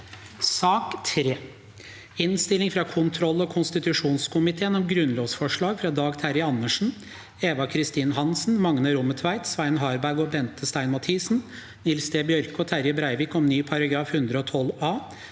mai 2024 Innstilling frå kontroll- og konstitusjonskomiteen om Grunnlovsforslag fra Dag Terje Andersen, Eva Kristin Hansen, Magne Rommetveit, Svein Harberg, Bente Stein Mathisen, Nils T. Bjørke og Terje Breivik om ny § 112